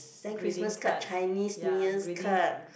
then Christmas card Chinese New Year card